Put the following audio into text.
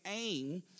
aim